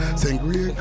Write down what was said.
sangria